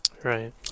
right